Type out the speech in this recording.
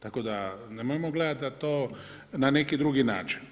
Tako da nemojmo gledati na to, na neki drugi način.